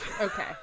Okay